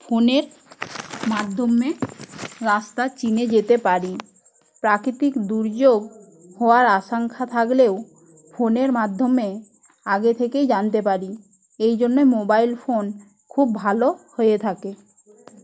ফোনের মাধ্যমে রাস্তা চিনে যেতে পারি প্রাকিতিক দুর্যোগ হওয়ার আশঙ্কা থাকলেও ফোনের মাধ্যমে আগে থেকেই জানতে পারি এই জন্য মোবাইল ফোন খুব ভালো হয়ে থাকে